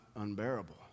unbearable